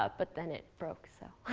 ah but then it broke. so